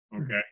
Okay